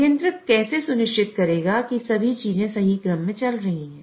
नियंत्रक कैसे सुनिश्चित करेगा कि सभी चीजें सही क्रम में चल रही हैं